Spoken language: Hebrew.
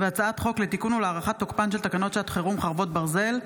הצעת חוק לתיקון ולהארכת תוקפן של תקנות שעת חירום (חרבות ברזל)